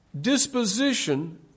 Disposition